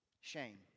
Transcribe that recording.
Shame